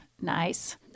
Nice